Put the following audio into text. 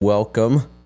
welcome